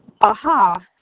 aha